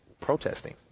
protesting